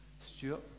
Stuart